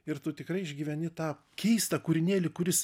ir tu tikrai išgyveni tą keistą kūrinėlį kuris